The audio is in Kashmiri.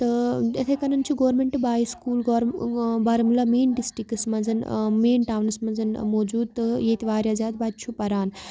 تہٕ اِتھٕے کَنٮ۪ن چھُ گورمینٹ بایِز گور بارہمولہ مینطٕاینظ ڈِسٹِرٛکَس منٛز مین ٹاونَس منٛز موجوٗد تہٕ ییٚتہِ واریاہ زیادٕ بَچہِ چھُ پَران